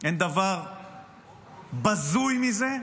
אין דבר בזוי מזה,